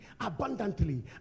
abundantly